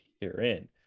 herein